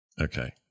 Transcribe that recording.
Okay